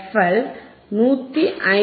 L 159